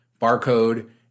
barcode